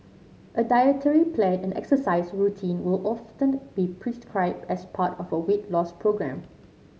a dietary plan and exercise routine will often be prescribed as part of a weight loss programme